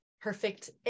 Perfect